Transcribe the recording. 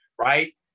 right